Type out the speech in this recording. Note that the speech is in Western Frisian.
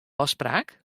ôfspraak